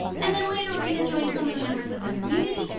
and then later, we're going to join some of the members of the community,